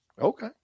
okay